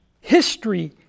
history